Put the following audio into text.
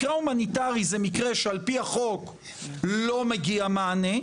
מקרה הומניטרי זה מקרה שעל פי החוק לא מגיע מענה,